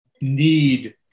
need